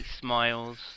smiles